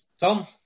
Tom